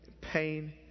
pain